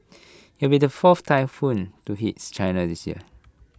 IT will be the fourth typhoon to hits China this year